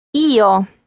Io